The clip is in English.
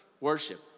worship